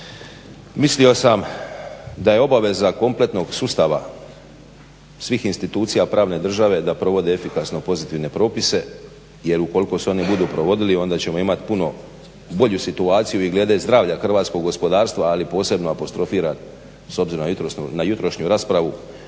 mislio sam da je obaveza kompletnog sustava svih institucija pravne države da provode efikasno pozitivne propise, jer ukoliko se oni budu provodili onda ćemo imati puno bolju situaciju i glede zdravlja hrvatskog gospodarstva, ali posebno apostrofiram s obzirom na jutrošnju raspravu